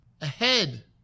ahead